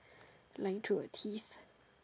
lying to a tees